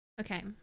Okay